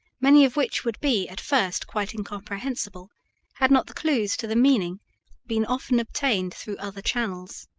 many of which would be at first quite incomprehensible had not the clews to the meaning been often obtained through other channels.